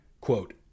Quote